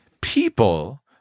People